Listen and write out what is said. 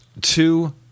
two